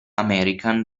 american